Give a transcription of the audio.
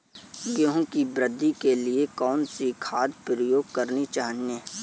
गेहूँ की वृद्धि के लिए कौनसी खाद प्रयोग करनी चाहिए?